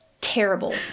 Terrible